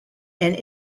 and